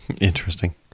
interesting